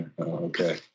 Okay